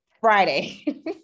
friday